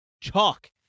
Chalk